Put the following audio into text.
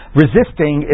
resisting